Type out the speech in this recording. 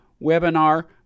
webinar